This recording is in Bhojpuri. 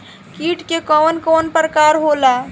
कीट के कवन कवन प्रकार होला?